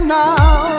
now